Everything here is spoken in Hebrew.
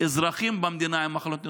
אזרחים במדינה עם מחלות נדירות.